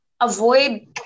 avoid